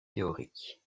théorique